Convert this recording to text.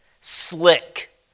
slick